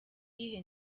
iyihe